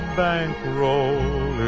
bankroll